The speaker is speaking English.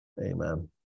Amen